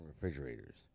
refrigerators